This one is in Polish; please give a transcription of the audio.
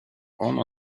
ona